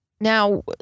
Now